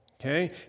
Okay